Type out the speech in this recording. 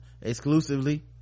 exclusively